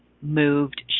moved